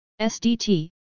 SDT